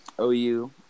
OU